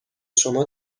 شما